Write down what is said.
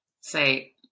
say